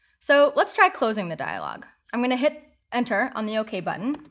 so let's try closing the dialog. i'm going to hit enter on the ok button.